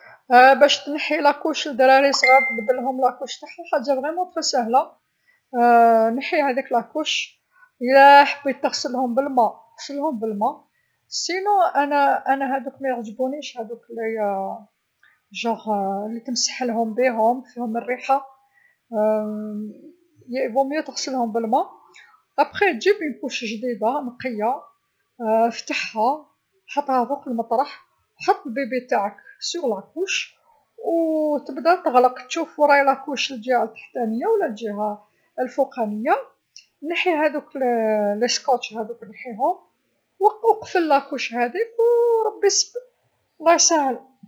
باش تنحي حفاضه دراري صغار تبدللهم حاجه صح بزاف ساهله، نحي هاذيك الحفاضه، يلا حبيت تغسلهم بالما غسلهم بالما، و لا أنا أنا هاذوك ميعجبونيش هاذوك لي كشغل لتمسحلهم بيهم فيهم الريحه من الأحسن تغسلهم بالما، منبعد تجيب حفاضه جديده نقيه فتحها، حطها فوق المطرح، حط البيبي تاعك فوق الحفاضه و تبدا تغلق، تشوف وين راها الحفاضه في الجهه التحتانيه و لا الجهه الفوقانيه، نحي هاذوك سكوتش نحيهم و قفل الحفاضه هذيك و ربي يس الله يسهل.